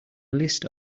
list